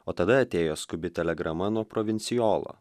o tada atėjo skubi telegrama nuo provincijolo